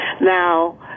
Now